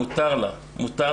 מותר לה לומר,